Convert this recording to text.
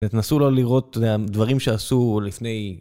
תנסו לא לראות את הדברים שעשו לפני.